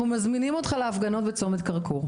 אנחנו מזמינים אותך להפגנות בצומת כרכור.